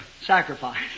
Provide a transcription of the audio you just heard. sacrifice